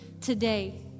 today